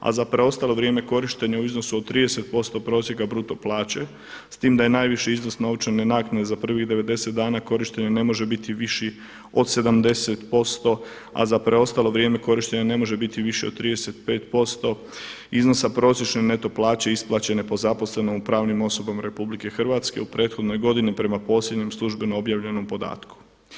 A za preostalo vrijeme korištenja u iznosu od 30% prosjeka bruto plaće, s tim da je najviši iznos novčane naknade za prvih 90 dana korištenja ne može biti viši od 70%, a za preostalo vrijeme korištenja ne može biti viši od 35% iznosa prosječne neto plaće isplaćene po zaposlenom u pravnim osobama Republike Hrvatske u prethodnoj godini prema posljednjem službeno objavljenom podatku.